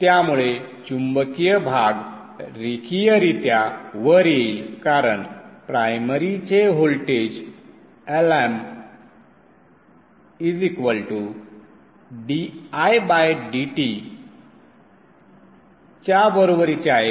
त्यामुळे चुंबकीय भाग रेखीयरित्या वर येईल कारण प्रायमरीचे व्होल्टेज Lmdidtच्या बरोबरीचे आहे